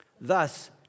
Thus